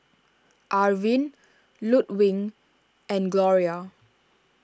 Arvin Ludwig and Gloria